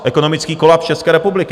Ekonomický kolaps České republiky.